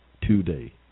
today